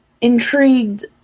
intrigued